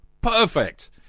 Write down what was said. Perfect